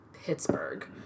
Pittsburgh